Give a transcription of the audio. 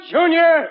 Junior